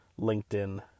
linkedin